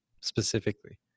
specifically